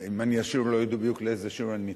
אם אני אשיר, לא ידעו לאיזה שיר אני מתכוון.